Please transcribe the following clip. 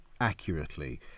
accurately